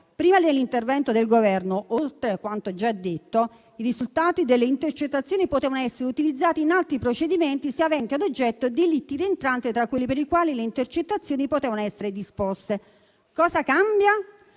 Prima dell'intervento del Governo, oltre a quanto già detto, i risultati delle intercettazioni potevano essere utilizzati in altri procedimenti se aventi ad oggetto delitti rientranti tra quelli per i quali le intercettazioni potevano essere disposte. Cosa cambia?